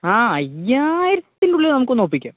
ആ അയ്യായിരത്തിനുള്ളിൽ നമുക്കൊന്നൊപ്പിക്കാം